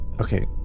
okay